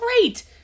Great